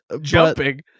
Jumping